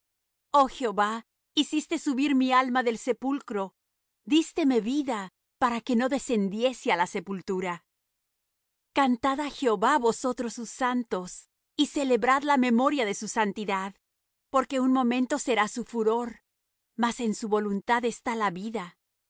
oh jehová hiciste subir mi alma del sepulcro dísteme vida para que no descendiese á la sepultura cantad á jehová vosotros sus santos y celebrad la memoria de su santidad porque un momento será su furor mas en su voluntad está la vida